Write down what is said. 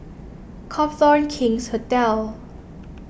Copthorne King's Hotel